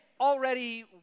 Already